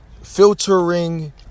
Filtering